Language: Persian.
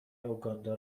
اوگاندا